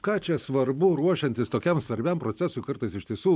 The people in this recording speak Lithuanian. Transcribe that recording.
ką čia svarbu ruošiantis tokiam svarbiam procesui kartais iš tiesų